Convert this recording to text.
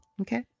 Okay